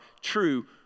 true